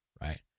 right